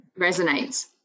resonates